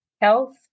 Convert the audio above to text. health